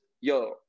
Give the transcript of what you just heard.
yo